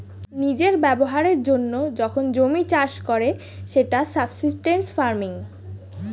নিজের ব্যবহারের জন্য যখন জমি চাষ করে সেটা সাবসিস্টেন্স ফার্মিং